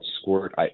squirt